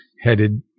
headed